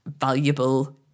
valuable